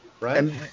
right